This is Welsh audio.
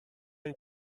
ein